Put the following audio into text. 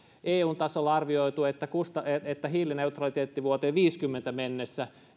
eun tasolla on arvioitu että hiilineutraliteetti vuoteen viidessäkymmenessä mennessä